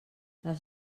les